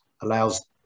allows